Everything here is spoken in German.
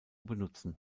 benutzen